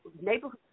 neighborhood